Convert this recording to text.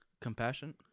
Compassion